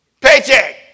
Paycheck